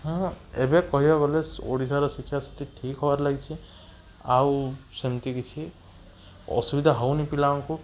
ହଁ ଏବେ କହିବାକୁ ଗଲେ ଶ୍ ଓଡ଼ିଶାର ଶିକ୍ଷା ସ୍ଥିତି ଠିକ୍ ହେବାରେ ଲାଗିଛି ଆଉ ସେମିତି କିଛି ଅସୁବିଧା ହେଉନି ପିଲାଙ୍କୁ